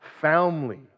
family